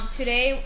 today